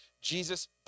Jesus